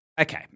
okay